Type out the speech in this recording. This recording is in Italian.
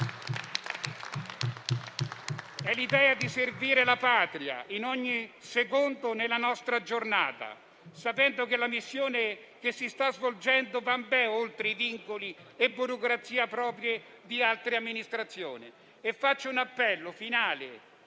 È l'idea di servire la Patria in ogni secondo della nostra giornata, sapendo che la missione che si sta svolgendo va ben oltre i vincoli e le burocrazie proprie di altre amministrazioni. Faccio un appello finale: